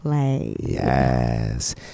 Yes